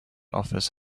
office